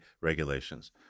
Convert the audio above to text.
regulations